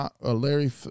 Larry